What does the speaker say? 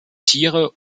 tiere